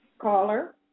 caller